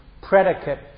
predicate